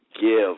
give